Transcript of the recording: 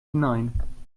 hinein